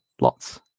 lots